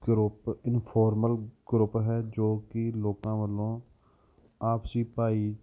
group informal group ਹੈ ਜੋ ਕਿ ਲੋਕਾਂ ਵੱਲੋਂ ਆਪਸੀ ਭਾਈ